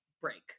break